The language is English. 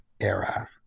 era